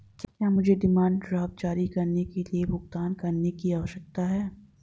क्या मुझे demand draft जारी करने के लिए भुगतान करने की आवश्यकता है?